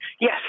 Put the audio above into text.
Yes